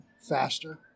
faster